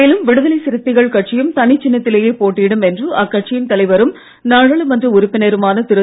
மேலும் விடுதலை சிறுத்தைகள் கட்சியும் தனி சின்னத்திலேயே போட்டியிடும் என்று அக்கட்சியின் தலைவரும் நாடாளுமன்ற உறுப்பினருமான திரு